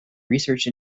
research